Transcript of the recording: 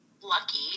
lucky